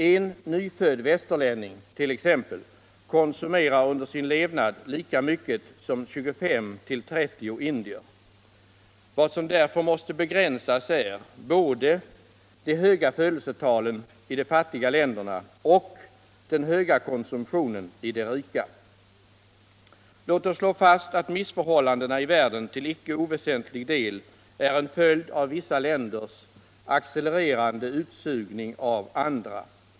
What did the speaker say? En nyfödd västerlänning t.ex. konsumerar under sin levnad lika mycket som 25-30 indier. Vad som därför måste begränsas är både de höga födelsetalen i de fattiga länderna och den höga konsumtionen i de rika. Låt oss slå fast att missförhållandena i världen till icke oväsentlig del är en följd av vissa länders accelererande ”utsugning” av andra.